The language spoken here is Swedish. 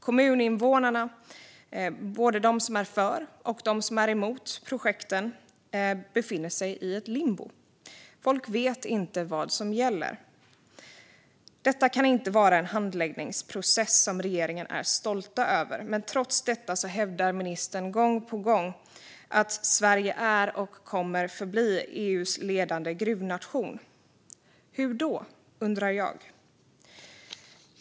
Kommuninvånarna, både de som är för och de som är emot projekten, befinner sig i limbo. Folk vet inte vad som gäller. Detta kan inte vara en handläggningsprocess som regeringen är stolt över. Trots detta hävdar näringsministern gång på gång att Sverige är och kommer att förbli EU:s ledande gruvnation. Hur då? undrar jag.